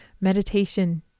meditation